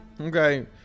Okay